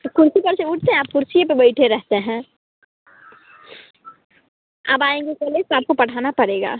तो कुर्सी पर से उठते हैं आप कुर्सिए पर बैठे रहते हैं अब आएंगे कौलेज तो आपको पढ़ाना पड़ेगा